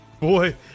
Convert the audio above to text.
boy